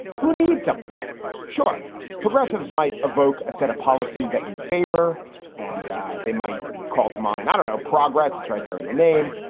who needs i'm sure progressives might evoke a set of policies that you favor and they might call to mind, i don't know, progressives right there in the name.